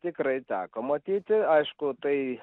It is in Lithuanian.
tikrai teko matyti aišku tai